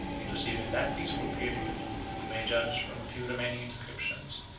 it was during that peaceful period, if we may judge from a few remaining inscriptions,